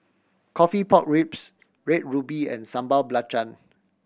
coffee pork ribs Red Ruby and Sambal Belacan